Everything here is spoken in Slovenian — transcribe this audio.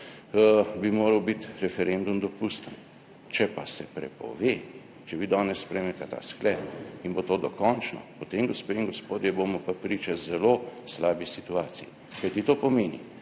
bi moral biti referendum dopusten, če pa se prepove, če vi danes sprejmete ta sklep in bo to dokončno, potem gospe in gospodje, bomo pa priča zelo slabi situaciji, kajti to pomeni,